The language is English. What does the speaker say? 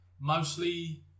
mostly